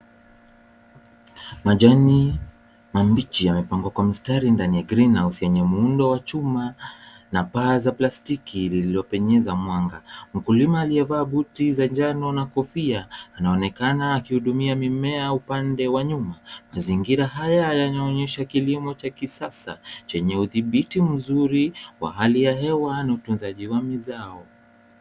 Majani mabichi yamepangwa kwa mistari ndani ya greenhouse yenye muundo wa chuma na paa za plastiki lililopenyeza mwanga. Mkulima aliyevaa buti za njano na kofia anaonekana akihudumia mimea au pande wa nyuma. Mazingira haya yanaonyesha kilimo cha kisasa chenye udhibiti mzuri wa hali ya hewa na utunzaji wa mazao.